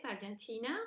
Argentina